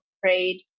prayed